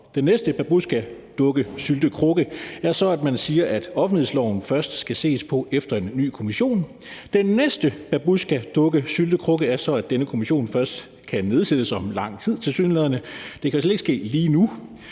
Den næste babusjkadukkesyltekrukke er så, at man siger, at offentlighedsloven først skal ses på efter en ny kommission. Den næste babusjkadukkesyltekrukke er så, at denne kommission først tilsyneladende kan nedsættes om lang tid – det kan slet ikke ske lige nu